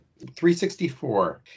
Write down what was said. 364